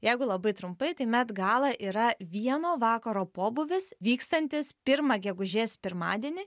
jeigu labai trumpai tai met gala yra vieno vakaro pobūvis vykstantis pirmą gegužės pirmadienį